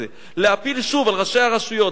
להפיל שוב על ראשי הרשויות ובמיוחד,